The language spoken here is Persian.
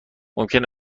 ممکن